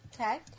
Okay